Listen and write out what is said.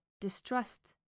distrust